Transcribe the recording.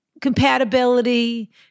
compatibility